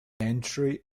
entry